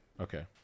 Okay